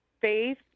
faith